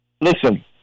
Listen